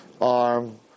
Arm